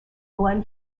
glen